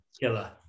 killer